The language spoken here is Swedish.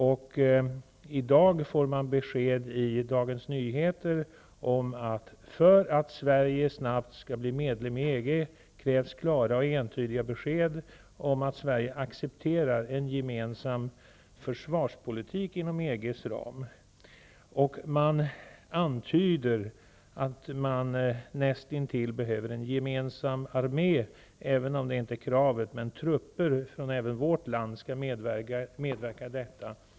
I Dagens Nyheter i dag framgår det att för att Sverige snabbt skall bli medlem i EG krävs det klara och entydiga besked om att Sverige accepterar en gemensam försvarspolitik inom EG:s ram. Det antyds att det näst intill behövs en gemensam armé -- även om det inte är ett krav -- och att trupper från Sverige skall medverka.